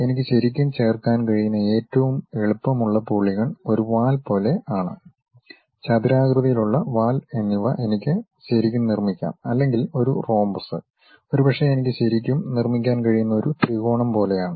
എനിക്ക് ശരിക്കും ചേർക്കാൻ കഴിയുന്ന ഏറ്റവും എളുപ്പമുള്ള പോളിഗൺ ഒരു വാൽ പോലെ ആണ് ചതുരാകൃതിയിലുള്ള വാൽ എന്നിവ എനിക്ക് ശരിക്കും നിർമ്മിക്കാം അല്ലെങ്കിൽ ഒരു റോമ്പസ് ഒരുപക്ഷേ എനിക്ക് ശരിക്കും നിർമ്മിക്കാൻ കഴിയുന്ന ഒരു ത്രികോണം പോലെയാണ്